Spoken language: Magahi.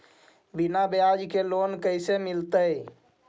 बिना ब्याज के लोन कैसे मिलतै?